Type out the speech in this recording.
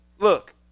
look